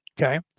Okay